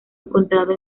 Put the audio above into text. encontrado